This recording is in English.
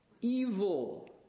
evil